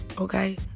Okay